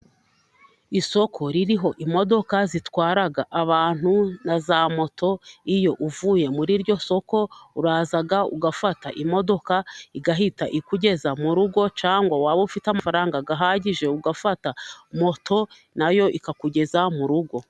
Isoko ririho imodoka zitwara abantu na za moto, iyo uvuye muri iryo soko uraza ugafata imodoka igahita ikugeza mu rugo, cyangwa waba ufite amafaranga ahagije ugafata moto nayo ikakugeza mu rugo.